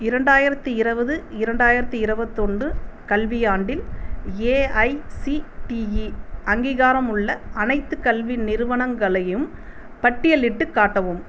இரண்டாயிரத்தி இருபது இரண்டாயிரத்தி இருபத்தொன்று கல்வியாண்டில் ஏஐசிடிஇ அங்கீகாரமுள்ள அனைத்துக் கல்வி நிறுவனங்களையும் பட்டியலிட்டுக் காட்டவும்